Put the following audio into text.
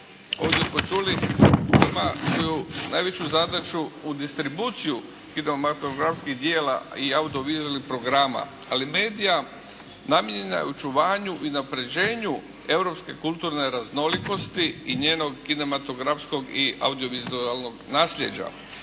ovdje smo čuli ima svoju najveću zadaću u distribuciji … /Govornik se ne razumije./… djela i audio-vizualnih programa. Ali MEDIA namijenjena je očuvanju i unapređenju europske kulturne raznolikosti i njenog kinematografskog i audio-vizualnog nasljeđa,